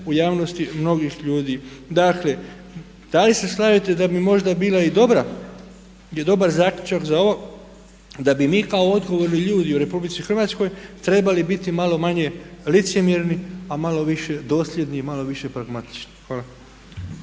u javnosti mnogih ljudi. Dakle da li se slažete da bi možda bio i dobar zaključak za ovo da bi mi kao odgovorni ljudi u RH trebali biti malo manje licemjerni a malo više dosljedni i malo više pragmatični.